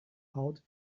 out